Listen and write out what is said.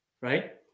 right